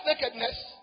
nakedness